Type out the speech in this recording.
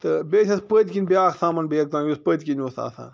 تہٕ بیٚیہِ ٲسۍ أسۍ پٔتۍ کِنۍ بیٛاکھ سامان بیگ تھاوان یُس پٔتۍ کِنۍ آسان